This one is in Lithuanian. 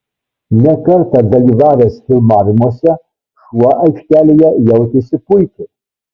ne kartą dalyvavęs filmavimuose šuo aikštelėje jautėsi puikiai